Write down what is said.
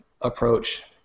approach